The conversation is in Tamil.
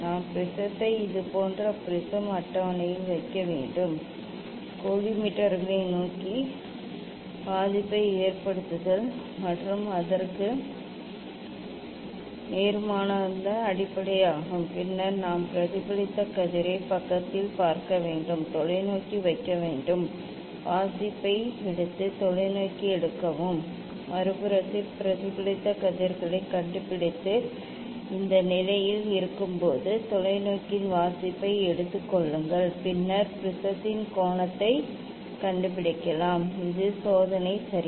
நாம் ப்ரிஸத்தை இது போன்ற ப்ரிஸம் அட்டவணையில் வைக்க வேண்டும் கோலிமேட்டர்களை நோக்கி பாதிப்பை ஏற்படுத்துதல் மற்றும் அதற்கு நேர்மாறானது அடிப்படை ஆகும் பின்னர் நாம் பிரதிபலித்த கதிரை பக்கத்தில் பார்க்க வேண்டும் தொலைநோக்கி வைக்கவும் வாசிப்பை எடுத்து தொலைநோக்கி எடுக்கவும் மறுபுறத்தில் பிரதிபலித்த கதிர்களைக் கண்டுபிடித்து இந்த நிலையில் இருக்கும்போது தொலைநோக்கியின் வாசிப்பை எடுத்துக் கொள்ளுங்கள் பின்னர் ப்ரிஸத்தின் கோணத்தைக் கண்டுபிடிக்கலாம் இது சோதனை சரி